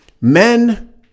men